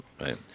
right